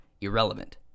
irrelevant